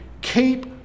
keep